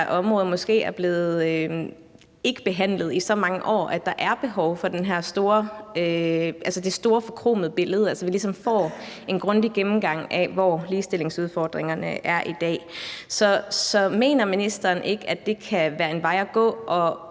område ikke er blevet behandlet i så mange år, at der er behov for det store forkromede overblik, så vi ligesom får en grundig gennemgang af, hvor ligestillingsudfordringerne er i dag. Så mener ministeren ikke, at det kan være en vej at gå, og